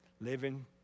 living